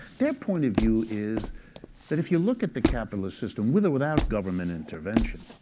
their point of view is that if you look at the capitalist system, with or without government intervention,